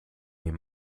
mir